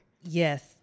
Yes